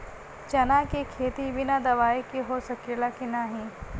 चना के खेती बिना दवाई के हो सकेला की नाही?